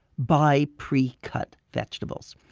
buy pre-cut vegetables.